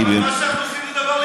אבל מה שאנחנו עושים זה דבר לגיטימי.